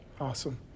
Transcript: Awesome